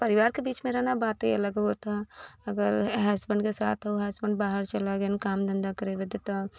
परिवार के बीच में रहना बात ही अलग होती है अगर हैसबेंड के साथ तो हसबेंड बाहर चला गया काम धंधा करेंगे तो तो